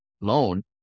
loan